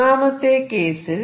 ഒന്നാമത്തെ കേസിൽ